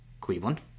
Cleveland